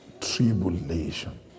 Tribulation